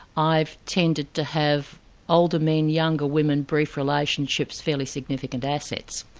i've tended to have older men, younger women, brief relationships, fairly significant assets.